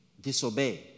disobey